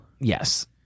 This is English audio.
Yes